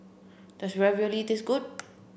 does Ravioli taste good